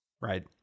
right